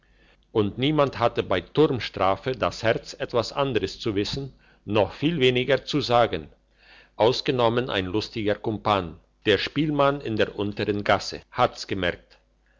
und niemand hatte bei turmstrafe das herz etwas anderes zu wissen noch viel weniger zu sagen ausgenommen ein lustiger kumpan der spielmann in der untern gasse hat's gemerkt